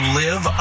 live